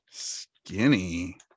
Skinny